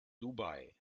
dubai